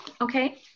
Okay